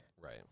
Right